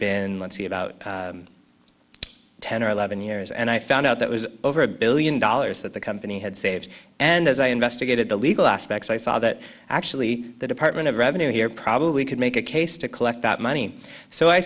been about ten or eleven years and i found out that was over a billion dollars that the company had saved and as i investigated the legal aspects i saw that actually the department of revenue here probably could make a case to collect that money so i